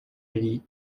alice